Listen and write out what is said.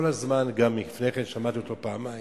כל הזמן, גם לפני כן, שמעתי אותו פעמיים,